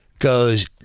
Goes